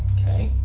okay,